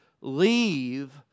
leave